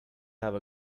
have